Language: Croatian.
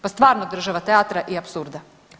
Pa stvarno država teatra i apsurda.